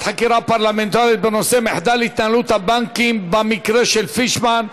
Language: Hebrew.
חקירה פרלמנטרית בנושא מחדל התנהלות הבנקים במקרה של פישמן,